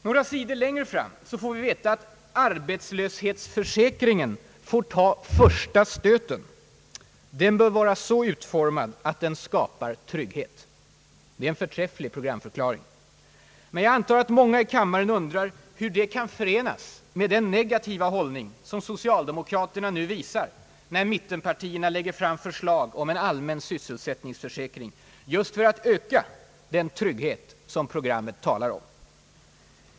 Några sidor längre fram får vi veta att »arbetslöshetsförsäkringen får ta första stöten. Den bör vara så utformad att den skapar trygghet.» Det är en förträfflig programförklaring. Men jag antar att många i kammaren undrar hur detta kan förenas med den negativa hållning som socialdemokraterna nu visar när mittenpartierna lägger fram förslag om en allmän sysselsättningsförsäkring just för att öka den trygghet som programmet talar om.